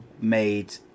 made